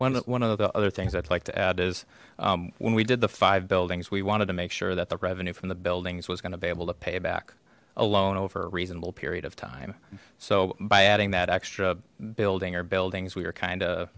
when one of the other things i'd like to add is when we did the five buildings we wanted to make sure that the revenue from the buildings was going to be able to pay back alone over a reasonable period of time so by adding that extra building or buildings we were kind of